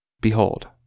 Behold